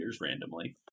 randomly